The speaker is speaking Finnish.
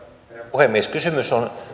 puhemies kysymys on